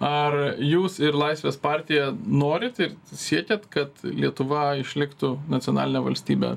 ar jūs ir laisvės partija norit ir siekiat kad lietuva išliktų nacionaline valstybe